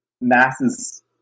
masses